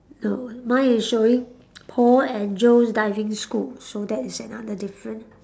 no mine is showing Paul and Joe's diving school so that is another different